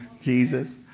Jesus